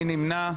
מי נמנע?